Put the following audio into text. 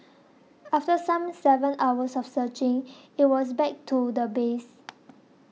after some seven hours of searching it was back to the base